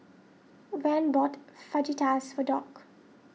Van bought Fajitas for Dock